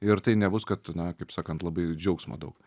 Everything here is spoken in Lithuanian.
ir tai nebus kad na kaip sakant labai džiaugsmo daug